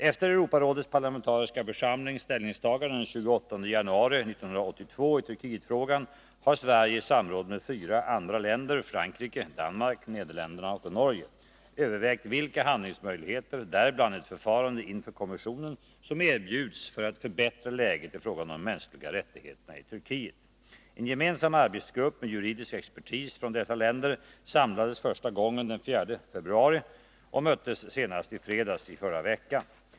Efter Europarådets parlamentariska församlings ställningstagande den 28 januari 1982 i Turkietfrågan har Sverige i samråd med fyra andra länder, Frankrike, Danmark, Nederländerna och Norge, övervägt vilka handlingsmöjligheter — däribland ett förfarande inför kommissionen — som erbjuds för att förbättra läget i fråga om de mänskliga rättigheterna i Turkiet. En gemensam arbetsgrupp med juridisk expertis från dessa länder samlades första gången den 4 februari och möttes senast i fredags förra veckan.